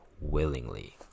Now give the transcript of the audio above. willingly